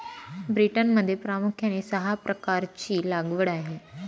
ब्रिटनमध्ये प्रामुख्याने सहा प्रकारची लागवड आहे